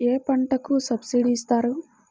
ఏ పంటకు సబ్సిడీ ఇస్తారు?